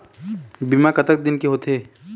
बीमा कतक दिन के होते?